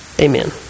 Amen